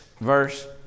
verse